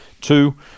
two